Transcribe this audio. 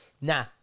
nah